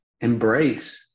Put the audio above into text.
embrace